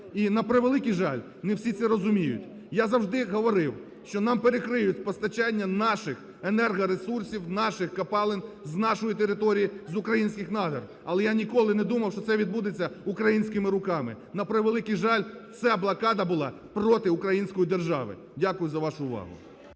І, на превеликий жаль, не всі це розуміють. Я завжди говорив, що нам перекриють постачання наших енергоресурсів, наших копалень з нашої території, з українських надр, але я ніколи не думав, що це відбудеться українськими руками. На превеликий жаль, ця блокада була проти української держави. Дякую за вашу увагу.